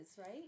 right